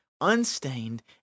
unstained